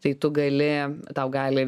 tai tu gali tau gali